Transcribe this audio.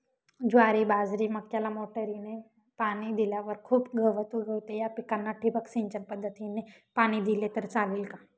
ज्वारी, बाजरी, मक्याला मोटरीने पाणी दिल्यावर खूप गवत उगवते, या पिकांना ठिबक सिंचन पद्धतीने पाणी दिले तर चालेल का?